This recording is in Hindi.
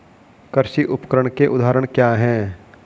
कृषि उपकरण के उदाहरण क्या हैं?